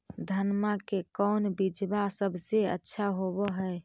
धनमा के कौन बिजबा सबसे अच्छा होव है?